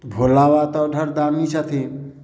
भोला बाबा तऽ औढरदानी छथिन